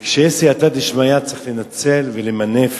כשיש סייעתא דשמיא, צריך לנצל ולמנף